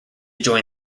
join